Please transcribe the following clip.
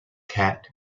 kat